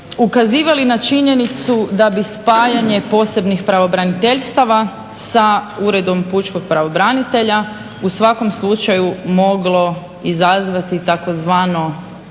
ukazivali na činjenicu da bi spajanje posebnih pravobraniteljstava sa Uredom pučkog pravobranitelja u svakom slučaju moglo izazvati tzv.